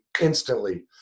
instantly